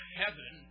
heaven